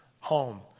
home